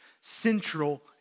central